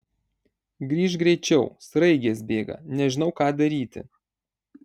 grįžk greičiau sraigės bėga nežinau ką daryti